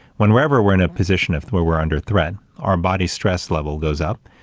when wherever we're in a position of where we're under threat, our body's stress level goes up,